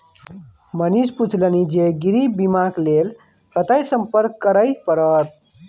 मनीष पुछलनि जे गृह बीमाक लेल कतय संपर्क करय परत?